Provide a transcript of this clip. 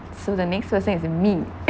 so the next person is me